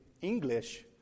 English